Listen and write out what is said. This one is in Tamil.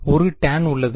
ஒரு tan உள்ளது